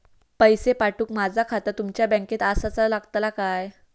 पैसे पाठुक माझा खाता तुमच्या बँकेत आसाचा लागताला काय?